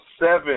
Seven